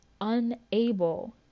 unable